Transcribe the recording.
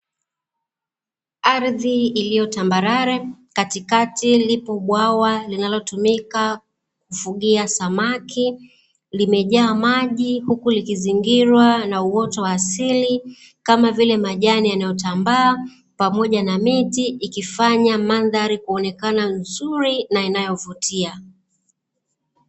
Ardhi iliyo tambarare katikati lipo bwawa linalotumika kufugia samaki, limejaa maji huku likizingirwa na uoto wa asili kama vile: majani yanayotambaa pamoja na miti ikifanya mandhari kuonekana nzuri na inayovutia.